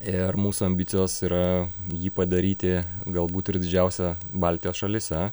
ir mūsų ambicijos yra jį padaryti galbūt ir didžiausią baltijos šalyse